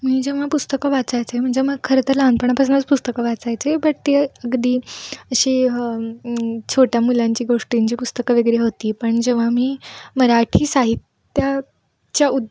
मी जेव्हा पुस्तकं वाचायचे म्हणजे म खर तर लहानपणापासूनच पुस्तकं वाचायचे बट ते अगदी अशी छोट्या मुलांची गोष्टींची पुस्तकं वगैरे होती पण जेव्हा मी मराठी साहित्याच्या